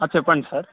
చెప్పండి సార్